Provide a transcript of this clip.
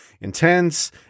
intense